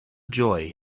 joy